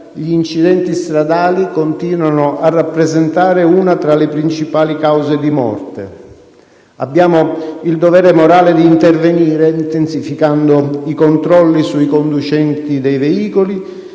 gli incidenti stradali continuano a rappresentare una tra le principali cause di morte. Abbiamo il dovere morale di intervenire intensificando i controlli sui conducenti dei veicoli